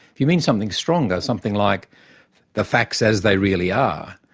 you mean something stronger, something like the facts as they really are.